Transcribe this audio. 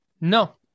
no